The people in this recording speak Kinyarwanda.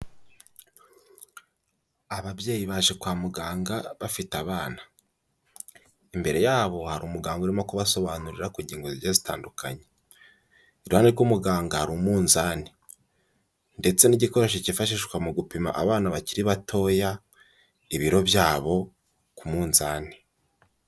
Ababyeyi baje kwa muganga bafite abana, imbere yabo hari umuganga urimo kubasobanurira ku ngingo zigiye zitandukanye. Iruhande rw'umuganga hari umunzani ndetse n'igikoresho cyifashishwa mu gupima abana bakiri batoya ibiro byabo ku munzani.